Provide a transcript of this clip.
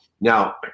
Now